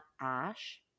Ash